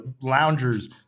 loungers